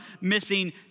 missing